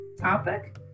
topic